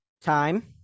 time